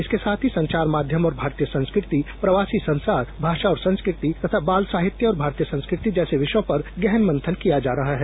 इसके साथ ही संचार माध्यम और भारतीय संस्कृति प्रवासी जगत भाषा और संस्कृति तथा हिन्दी बाल साहित्य और भारतीय संस्कृति विषयों पर गहन मंथन किया जा रहा है